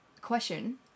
question